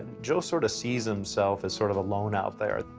joe sort of sees himself as sort of alone out there.